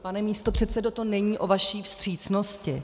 Pane místopředsedo, to není o vaší vstřícnosti.